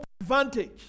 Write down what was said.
advantage